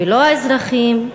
ולא האזרחים,